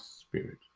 Spirit